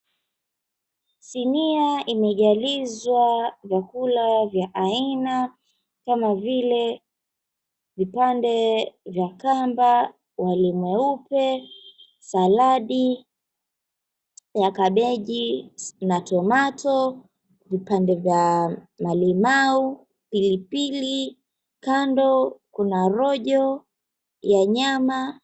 Sinia imejalizwa vyakula vya aina kama vile vipande vya kamba, wali mweupe, saladi ya kabeji na tomato , vpande vya malimau, pilipili. Kando, kuna rojo ya nyama.